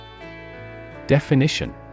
Definition